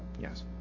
Yes